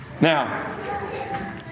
Now